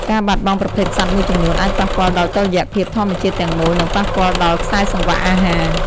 ការបាត់បង់ប្រភេទសត្វមួយចំនួន អាចប៉ះពាល់ដល់តុល្យភាពធម្មជាតិទាំងមូល និងប៉ះពាល់ដល់ខ្សែសង្វាក់អាហារ។